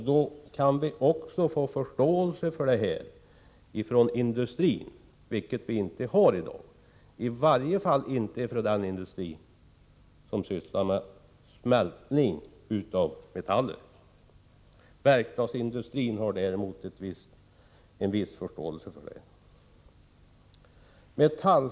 Då skulle man vinna förståelse för det hela från industrin, vilket vi inte har i dag, i varje fall inte från den industri som sysslar med smältning av metaller. Inom verkstadsindustrin har man däremot viss förståelse för det hela.